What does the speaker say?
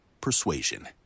Persuasion